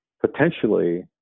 potentially